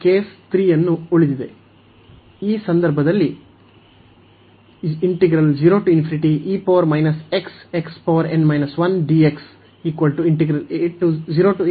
n≤0 ಆದ್ದರಿಂದ ಅದು ಕೇಸ್ 3 ಅನ್ನು ಉಳಿದಿದೆ